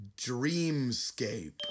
Dreamscape